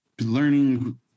learning